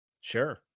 Sure